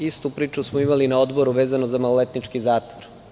Istu priču smo imali i na Odboru, vezano za maloletnički zakon.